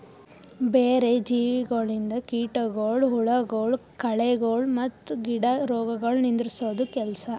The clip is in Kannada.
ಬ್ಯಾರೆ ಜೀವಿಗೊಳಿಂದ್ ಕೀಟಗೊಳ್, ಹುಳಗೊಳ್, ಕಳೆಗೊಳ್ ಮತ್ತ್ ಗಿಡ ರೋಗಗೊಳ್ ನಿಂದುರ್ಸದ್ ಕೆಲಸ